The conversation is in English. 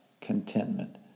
contentment